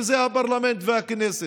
שזה הפרלמנט והכנסת.